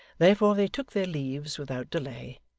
therefore they took their leaves without delay,